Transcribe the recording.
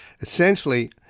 essentially